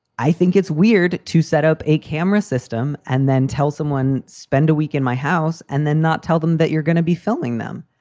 i think it's weird to set up a camera system and then tell someone, spend a week in my house and then not tell them that you're going to be filming them.